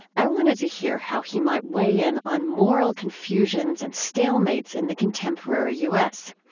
i wanted to hear how he might weigh in on moral confusions and stalemates in the contemporary u s.